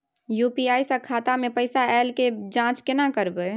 UPI स खाता मे पैसा ऐल के जाँच केने करबै?